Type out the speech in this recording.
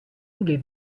voulez